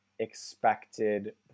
expected